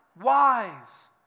wise